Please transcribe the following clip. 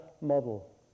model